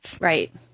Right